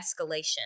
escalation